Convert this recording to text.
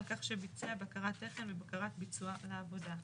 על כך שביצע בקרת תכן ובקרת ביצוע לעבודה.